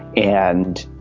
and,